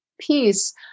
peace